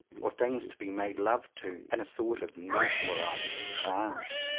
or things to be made love to, in a sort of mesmerized trance.